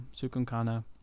Sukunkana